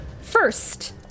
First